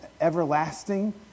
everlasting